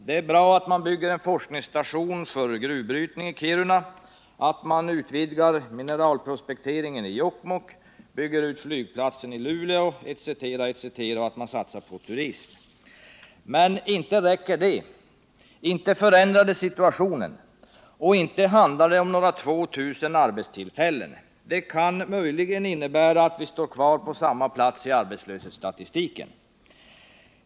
Det ar bra att man bygger en forskningsstation för gruvbrytning i Kiruna, att man utvidgar mineralprospekteringen i Jokkmokk, bygger ut flygplatsen i Luleå, satsar på turism etc. Men inte räcker det. Inte förändrar det situationen, och inte handlar det om några 2 000 arbetstillfällen. Det kan möjligen innebära att vi står kvar på samma plats i arbetslöshetsstatistiken.